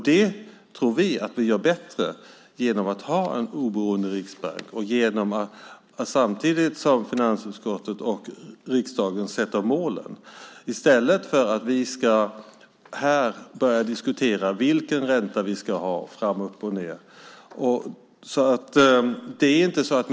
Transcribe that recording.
Det tror vi att vi gör bättre genom att ha en oberoende riksbank och genom att samtidigt som finansutskottet och riksdagen sätta upp målen i stället för att vi här ska börja diskutera vilken ränta vi ska ha och så vidare.